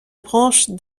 branche